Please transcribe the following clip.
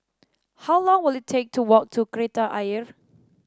how long will it take to walk to Kreta Ayer